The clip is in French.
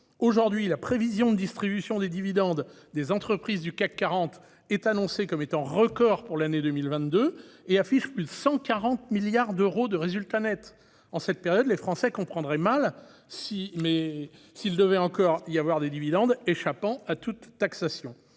Aujourd'hui, la prévision de distribution des dividendes des entreprises du CAC 40 est annoncée comme un record pour l'année 2022, celles-ci affichant plus de 140 milliards d'euros de résultat net. En cette période, les Français comprendraient mal s'il devait encore y avoir des dividendes échappant à toute taxation.